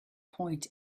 point